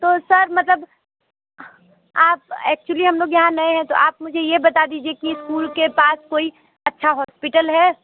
तो सर मतलब आप एक्चुअली हम लोग यहाँ नए हैं तो आप मुझे ये बता दीजिए कि स्कूल के पास कोई अच्छा हॉस्पिटल है